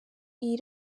iyi